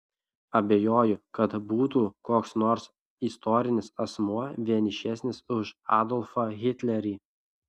abejoju kad būtų koks nors istorinis asmuo vienišesnis už adolfą hitlerį